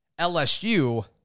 LSU